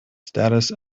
status